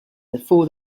before